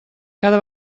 cada